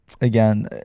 again